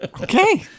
Okay